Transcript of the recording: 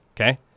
okay